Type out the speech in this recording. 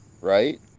right